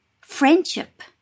friendship